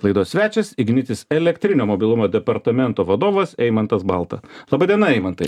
laidos svečias ignitis elektrinio mobilumo departamento vadovas eimantas balta laba diena eimantai